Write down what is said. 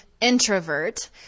introvert